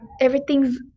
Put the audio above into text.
everything's